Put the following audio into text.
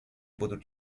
будут